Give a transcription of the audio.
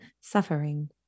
suffering